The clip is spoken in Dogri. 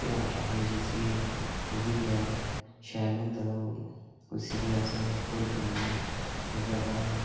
धेयार आखदे जिसी उब्बी शैल होंदा ओह् उसी बी अस भुलदे नेईं उसदे बाद